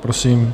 Prosím.